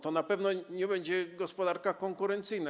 To na pewno nie będzie gospodarka konkurencyjna.